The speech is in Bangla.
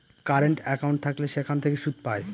কারেন্ট একাউন্ট থাকলে সেখান থেকে সুদ পায়